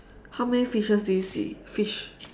how many fishes do you see fish